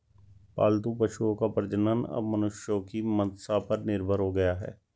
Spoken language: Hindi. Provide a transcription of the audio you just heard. पालतू पशुओं का प्रजनन अब मनुष्यों की मंसा पर निर्भर हो गया है